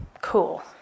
Cool